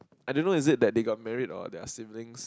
I don't know is it that they got married or they are siblings